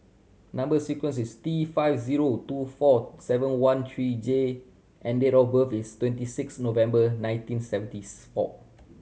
number sequence is T five zero two four seven one three J and date of birth is twenty six November nineteen Seventieth four